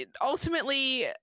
ultimately